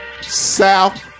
South